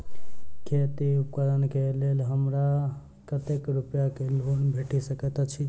खेती उपकरण केँ लेल हमरा कतेक रूपया केँ लोन भेटि सकैत अछि?